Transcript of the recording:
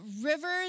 rivers